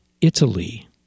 Italy